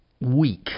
weak